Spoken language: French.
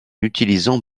utilisant